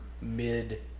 mid